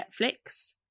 Netflix